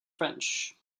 french